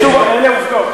אני חייבת לומר.